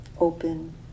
open